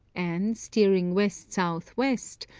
and steering west-south-west,